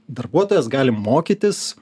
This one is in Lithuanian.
darbuotojas gali mokytis